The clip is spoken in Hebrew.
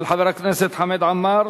של חבר הכנסת חמד עמאר,